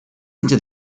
into